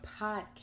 podcast